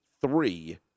three